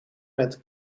met